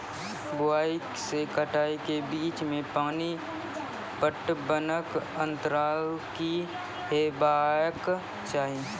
बुआई से कटाई के बीच मे पानि पटबनक अन्तराल की हेबाक चाही?